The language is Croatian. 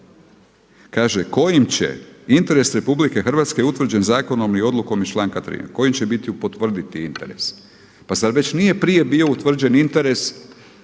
Kaže: „Kojim će interes RH utvrđen zakonom i odlukom iz članka 3.“ Kojim će biti potvrdit interes? Pa zar već prije nije bio utvrđen interes